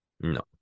No